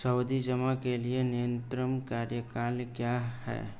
सावधि जमा के लिए न्यूनतम कार्यकाल क्या है?